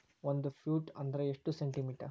ಒಂದು ಫೂಟ್ ಅಂದ್ರ ಎಷ್ಟು ಸೆಂಟಿ ಮೇಟರ್?